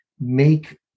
make